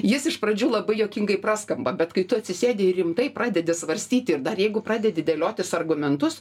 jis iš pradžių labai juokingai praskamba bet kai tu atsisėdi ir rimtai pradedi svarstyti ir dar jeigu pradedi dėliotis argumentus